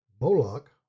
Moloch